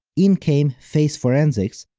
in came faceforensics,